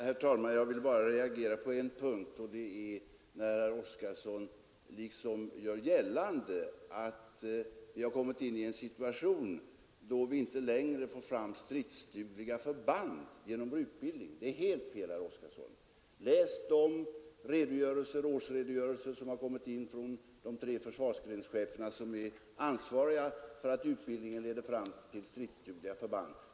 Herr talman! Jag vill bara replikera på en punkt. Herr Oskarson vill göra gällande att vi har kommit in i en situation, då vi inte längre kan få fram stridsdugliga förband genom vår utbildning. Detta är helt fel, herr Oskarson. Läs de årsredogörelser som har kommit in från de tre försvarsgrenscheferna, vilka är ansvariga för att utbildningen leder fram till stridsdugliga förband.